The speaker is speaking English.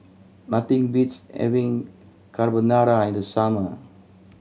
nothing beats having Carbonara in the summer